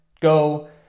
go